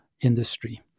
industry